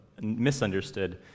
misunderstood